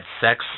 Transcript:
sex